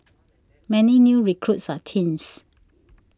many new recruits are teens